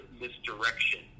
misdirection